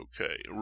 okay